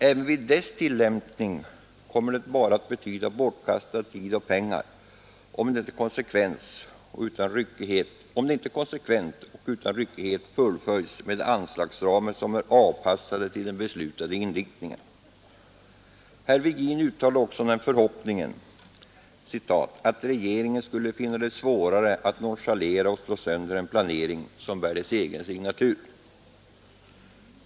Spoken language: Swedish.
Även vid dess tillämpning kommer det bara att betyda bortkastad tid och pengar, om det inte konsekvent och utan ryckighet fullföljs med anslagsramar som är avpassade till den beslutade inriktningen.” Herr Virgin uttalade oc den förhoppningen ”att regeringen skulle finna det svårare att nonchalera och slå sönder en planering som bär dess egen signatur”.